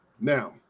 now